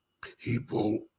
people